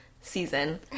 season